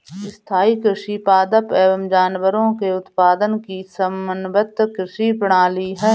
स्थाईं कृषि पादप एवं जानवरों के उत्पादन की समन्वित कृषि प्रणाली है